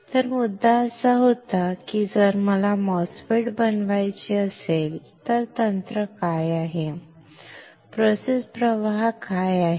तर मुद्दा असा होता की जर मला MOSFET बनवायचे असेल तर तंत्र काय आहे प्रोसेस प्रवाह काय आहेत